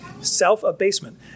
Self-abasement